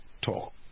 talk